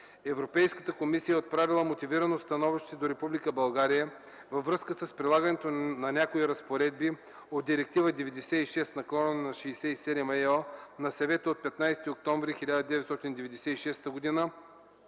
Европейската комисия е отправила мотивирано становище до Република България във връзка с прилагането на някои разпоредби от Директива 96/67/ЕО на Съвета от 15 октомври 1996 г.